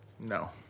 No